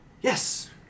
Yes